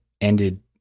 ended